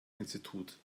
institut